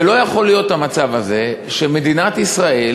לא יכול להיות המצב הזה שמדינת ישראל,